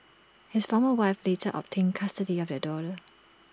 his former wife later obtained custody of their daughter